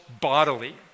bodily